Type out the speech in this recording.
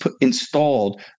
installed